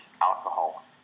alcohol